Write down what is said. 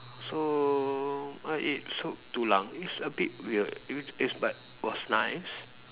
so I ate sup tulang it's a bit weird it it's like was nice